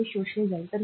तर ते शोषले जाईल